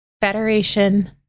federation